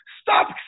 stop